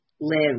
live